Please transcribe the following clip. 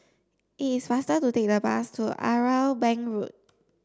it is faster to take the bus to Irwell Bank Road